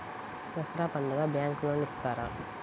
దసరా పండుగ bank loan ఇస్తారా?